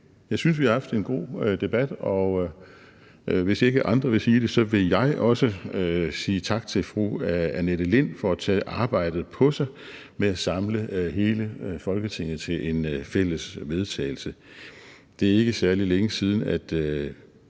jeg synes, vi har haft en god debat, og hvis ikke andre vil sige det, vil jeg sige tak til fru Annette Lind for at have taget arbejdet på sig med at samle hele Folketinget til en fælles vedtagelse. Det er ikke særlig længe siden, at